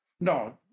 no